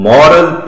Moral